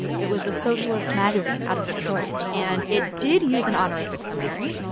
it was a socialist magazine out of detroit. and it did use an honorific for mary,